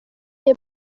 jay